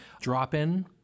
drop-in